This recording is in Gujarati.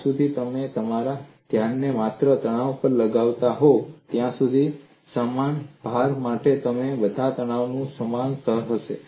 જ્યા સુધી તમે તમારા ધ્યાનને માત્ર તણાવ પર લગાવતા હોવ ત્યાં સુધી સમાન ભાર માટે બંને પર તણાવનું સમાન સ્તર હશે